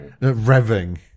revving